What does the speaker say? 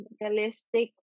Realistic